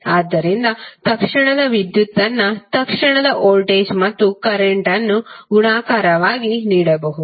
ಆದ್ದರಿಂದ ತಕ್ಷಣದ ವಿದ್ಯುತ್ p ಅನ್ನು ತಕ್ಷಣದ ವೋಲ್ಟೇಜ್ ಮತ್ತು ಕರೆಂಟ್ ಅನ್ನು ಗುಣಾಕಾರವಾಗಿ ನೀಡಬಹುದು